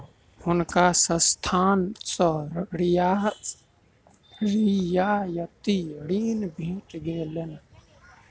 हुनका संस्थान सॅ रियायती ऋण भेट गेलैन